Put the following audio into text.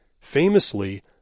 Famously